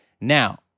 Now